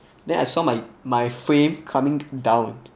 then I saw my my frame coming down